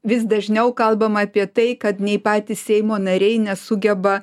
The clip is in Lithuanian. vis dažniau kalbama apie tai kad nei patys seimo nariai nesugeba